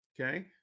okay